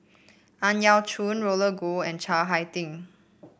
Ang Yau Choon Roland Goh and Chiang Hai Ding